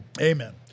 Amen